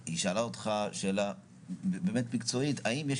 היא שאלה אותך שאלה באמת מקצועית - האם יש